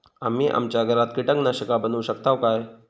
आम्ही आमच्या घरात कीटकनाशका बनवू शकताव काय?